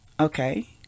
Okay